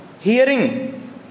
Hearing